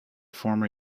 former